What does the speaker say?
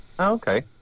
Okay